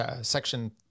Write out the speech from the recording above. section